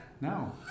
No